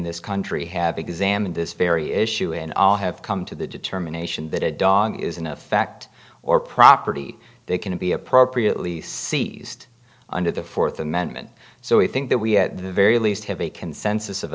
this country have examined this very issue in all have come to the determination that a dog is in effect or property they can be appropriately seized under the fourth amendment so we think that we at the very least have a consensus of